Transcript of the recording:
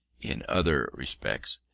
in other respects,